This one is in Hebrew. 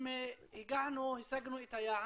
אם הגענו והשגנו את היעד,